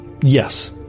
yes